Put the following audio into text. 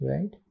Right